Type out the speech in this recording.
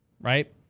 right